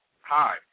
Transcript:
Hi